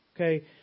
Okay